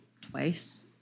twice